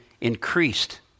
increased